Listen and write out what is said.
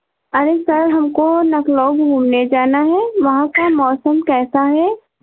अरे सर हमको नखनऊ घूमने जाना है वहां का मौसम कैसा है